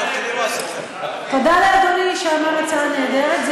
עכשיו תראי מה עשית לנו.